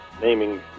naming